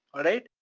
alright?